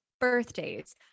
birthdays